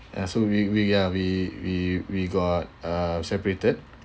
uh so we we are we we we got uh separated